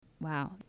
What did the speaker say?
Wow